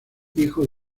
hijo